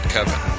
Kevin